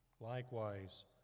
Likewise